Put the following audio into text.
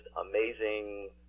amazing